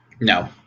No